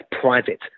private